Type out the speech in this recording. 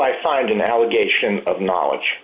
i find an allegation of knowledge